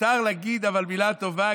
אבל מותר להגיד מילה טובה,